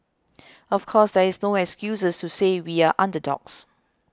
of course there is no excuses to say we are underdogs